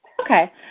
Okay